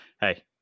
Hey